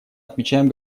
отмечаем